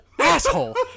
asshole